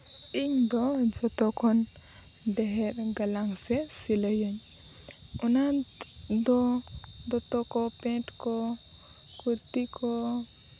ᱤᱧ ᱫᱚ ᱡᱷᱚᱛᱚ ᱠᱷᱚᱱ ᱰᱷᱮᱨ ᱤᱧ ᱜᱟᱞᱟᱝᱼᱟ ᱥᱮ ᱥᱤᱞᱟᱹᱭᱟᱹᱧ ᱚᱱᱟ ᱫᱚ ᱫᱚᱛᱚ ᱠᱚ ᱯᱮᱱᱴ ᱠᱚ ᱠᱩᱨᱛᱤ ᱠᱚ